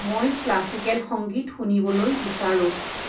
মই ক্লাছিকেল সংগীত শুনিবলৈ বিচাৰোঁ